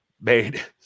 made